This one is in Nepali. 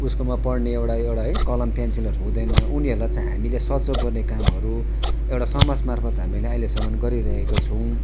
उसको पढ्ने एउटा एउटा है कलम पेन्सिलहरू हुँदैन उनीहरूलाई चाहिँ हामीले सहयोग गर्ने कामहरू एउटा समाज मार्फत् हामीले अहिलेसम्म गरिरहेको छौँ